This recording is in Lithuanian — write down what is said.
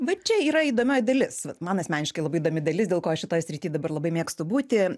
va čia yra įdomioji dalis vat man asmeniškai labai įdomi dalis dėl ko šitoj srity dabar labai mėgstu būti